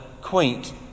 quaint